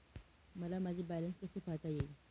मला माझे बॅलन्स कसे पाहता येईल?